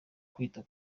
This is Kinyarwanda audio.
kwita